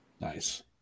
Nice